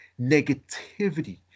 negativity